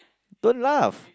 don't laugh